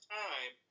time